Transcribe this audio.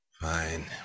fine